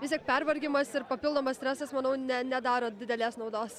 vis tiek pervargimas ir papildomas stresas manau ne nedaro didelės naudos